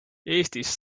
eestis